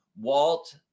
Walt